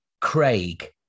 Craig